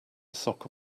soccer